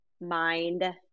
mind